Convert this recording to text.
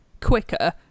quicker